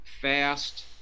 fast